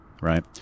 right